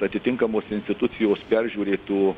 atitinkamos institucijos peržiūrėtų